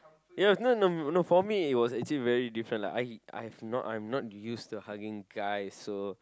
ya no no no for me it was actually very different lah I I have not I'm not used to hugging guys